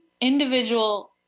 individual